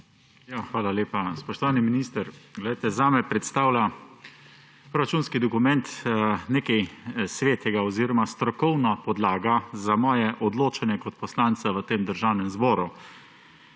Hvala lepa. Spoštovani minister, glejte, zame predstavlja proračunski dokument nekaj svetega oziroma strokovna podlaga za moje odločanje kot poslanca v Državnem zboru.